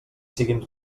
siguin